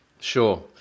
Sure